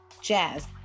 Jazz